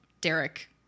Derek